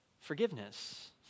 forgiveness